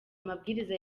amabwiriza